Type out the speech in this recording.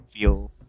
feel